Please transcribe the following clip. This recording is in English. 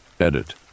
Edit